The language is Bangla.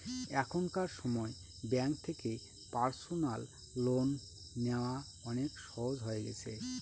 এখনকার সময় ব্যাঙ্ক থেকে পার্সোনাল লোন নেওয়া অনেক সহজ হয়ে গেছে